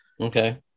Okay